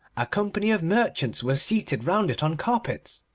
a company of merchants were seated round it on carpets.